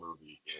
movie